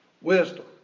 Wisdom